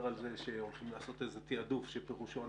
על זה שהולכים לעשות איזה תעדוף שפירושו,